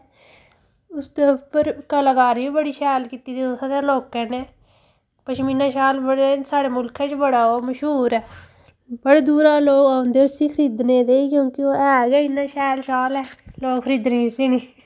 उसदे उप्पर कलाकारी बी बड़ी शैल कीती दी तुसें ते लोकें गी पश्मीना शाल बड़े साढ़े मुल्खै च बड़ा ओह् मश्हूर ऐ बड़े दूरा लोक औंदे उसी खरीदने दे क्योंकि ओह् ऐ गै इन्ना शैल शाल ऐ लोक खरीदने गी इसी